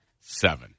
Seven